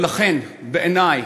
בעיני,